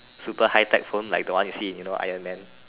super high tech phone like the one you see you know Iron Man